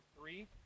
three